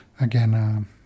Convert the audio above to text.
again